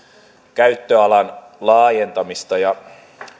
käyttöalan laajentamista ja